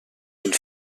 une